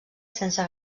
sense